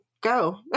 go